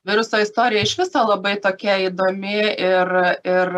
viruso istorija iš viso labai tokia įdomi ir ir